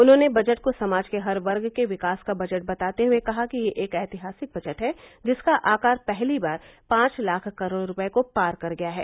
उन्होंने बजट को समाज के हर वर्ग के विकास का बजट बताते हए कहा कि यह एक ऐतिहासिक बजट है जिसका आकार पहली बार पांच लाख करोड़ रूपये को पार कर गया है